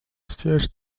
siège